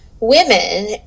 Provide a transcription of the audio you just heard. women